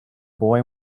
boy